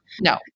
No